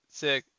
sick